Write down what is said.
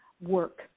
work